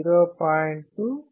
0